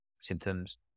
symptoms